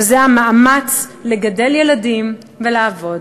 וזה המאמץ לגדל ילדים ולעבוד,